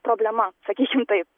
problema sakykim taip